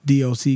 DOC